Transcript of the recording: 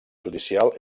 judicial